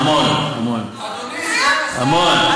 המון, המון.